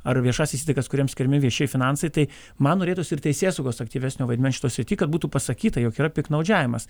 ar viešas įstaigas kuriem skiriami viešieji finansai tai man norėtųsi ir teisėsaugos aktyvesnio vaidmens šitoj srity kad būtų pasakyta jog yra piktnaudžiavimas